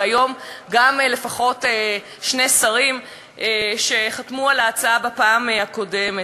וגם לפחות שני שרים היום חתמו על ההצעה בפעם הקודמת.